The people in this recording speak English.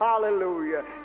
Hallelujah